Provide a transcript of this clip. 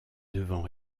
devant